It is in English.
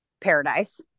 Paradise